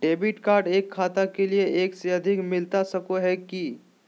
Debit card एक खाता के लिए एक से अधिक मिलता सको है की?